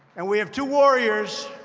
and we have two warriors,